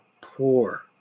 poor